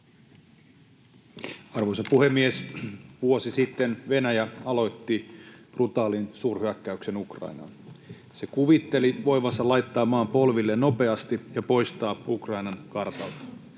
Arvoisa puhemies! Vuosi sitten Venäjä aloitti brutaalin suurhyökkäyksen Ukrainaan. Se kuvitteli voivansa laittaa maan polvilleen nopeasti ja poistavansa Ukrainan kartalta.